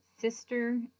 sister